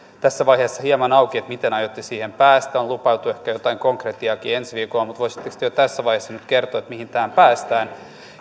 tässä vaiheessa on hieman auki miten aiotte siihen päästä on lupailtu ehkä jotain konkretiaakin ensi viikolla mutta voisitteko te jo nyt tässä vaiheessa kertoa miten tähän päästään